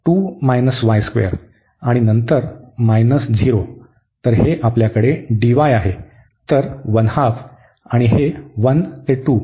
तर आणि नंतर मायनस 0 तर हे आपल्याकडे dy आहे तर आणि हे 1 ते 2